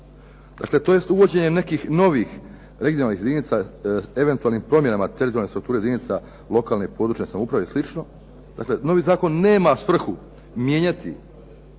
dakle tj. uvođenje nekih novih regionalnih jedinica eventualnim promjenama teritorijalnim strukture jedinica lokalne i područne samouprave i sl., dakle novi zakon nema svrhu mijenjati